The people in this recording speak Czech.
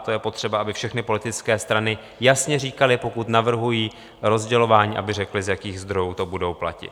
To je potřeba, aby všechny politické strany jasně říkaly, pokud navrhují rozdělování, aby řekly, z jakých zdrojů to budou platit.